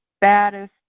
baddest